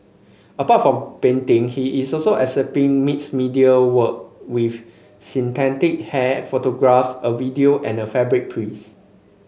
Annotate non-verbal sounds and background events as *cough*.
apart from painting he is also exhibiting mixed media work with synthetic hair photographs a video and a fabric *unintelligible*